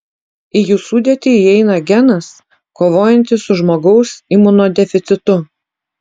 į jų sudėtį įeina genas kovojantis su žmogaus imunodeficitu